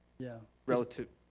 yeah, relative,